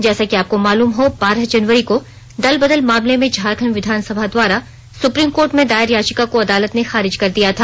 जैसा कि आपको मालूम हो बारह जनवरी को दल बदल मामले में झारखंड विधानसभा द्वारा सुप्रीम कोर्ट में दायर याचिका को अदालत ने खारिज कर दिया था